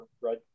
right